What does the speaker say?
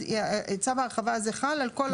אז צו ההרחבה הזה חל על כל העובדים.